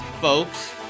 folks